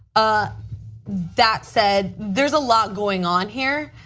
ah that said, there's a lot going on here.